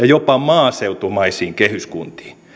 jopa maaseutumaisiin kehyskuntiin